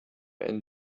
and